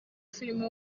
filime